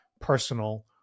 personal